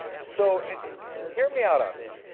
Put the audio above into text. so here me out on this.